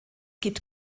gibt